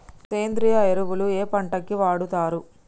సేంద్రీయ ఎరువులు ఏ పంట కి వాడుతరు?